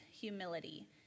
humility